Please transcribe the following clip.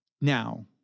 now